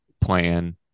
plan